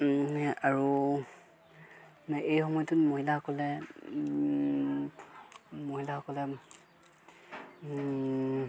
আৰু এই সময়টোত মহিলাসকলে মহিলাসকলে